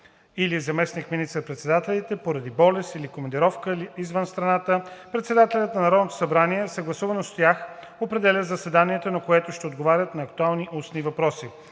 или заместник министър-председателите поради болест или командировка извън страната председателят на Народното събрание, съгласувано с тях, определя заседанието, на което ще отговарят на актуални устни въпроси.